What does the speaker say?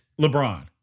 LeBron